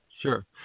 Sure